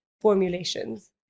formulations